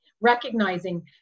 recognizing